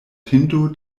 pinto